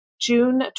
June